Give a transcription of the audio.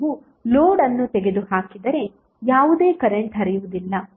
ನೀವು ಲೋಡ್ ಅನ್ನು ತೆಗೆದುಹಾಕಿದರೆ ಯಾವುದೇ ಕರೆಂಟ್ ಹರಿಯುವುದಿಲ್ಲ